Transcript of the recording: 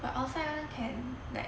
but outside [one] can like